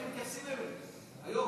איך מתייחסים אליהם היום?